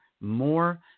more